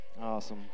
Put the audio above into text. Awesome